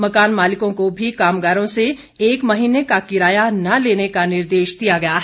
मकान मालिकों को भी कामगारों से एक महीने का किराया न लेने का निर्देश दिया गया है